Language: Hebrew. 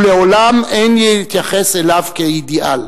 ולעולם אין להתייחס אליו כאידיאל.